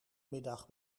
middag